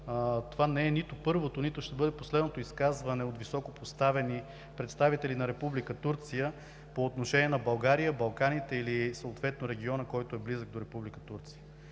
Това не е нито първото, нито ще бъде последното изказване от високопоставени представители на Република Турция по отношение на България, Балканите или съответно региона, близък до Република Турция.